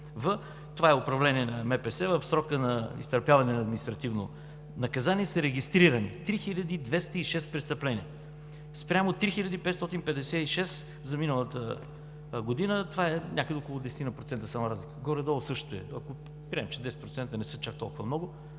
това е управление на МПС, в срока на изтърпяване на административно наказание са регистрирани 3206 престъпления, спрямо 3556 за миналата година. Това е някъде около 10-ина процента разлика. Горе-долу същото, ако приемем, че 10% не са чак толкова много,